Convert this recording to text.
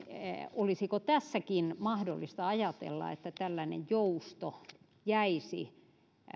olisiko tässäkin mahdollista ajatella että tällainen jousto jäisi